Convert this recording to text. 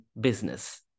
business